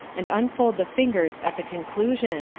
and unfold the fingers at the conclusion,